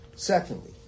Secondly